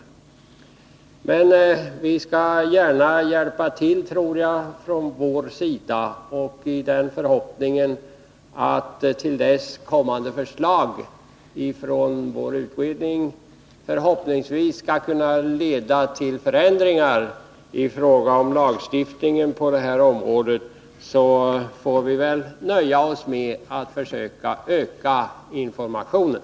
Men vi skall gärna hjälpa till från vår sida, och till dess att kommande förslag från vår utredning förhoppningsvis skall kunna leda till förändringar i lagstiftningen på detta område får vi väl nöja oss med att försöka öka informationen.